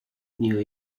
new